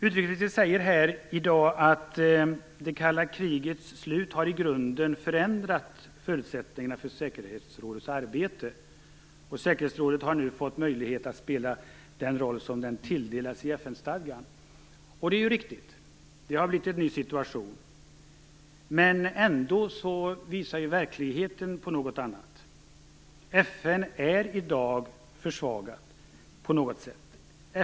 Utrikesministern säger här i dag att det kalla krigets slut i grunden förändrat förutsättningarna för säkerhetsrådets arbete. Säkerhetsrådet har nu fått möjlighet att spela den roll den tilldelades i FN stadgan. Det är riktigt, det har blivit en ny situation. Ändå visar verkligheten på något annat. FN är i dag försvagat på något sätt.